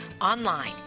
online